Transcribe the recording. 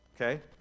Okay